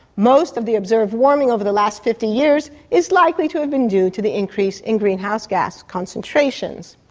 most of the observed warming over the last fifty years is likely to have been due to the increase in greenhouse gas concentrations.